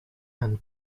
and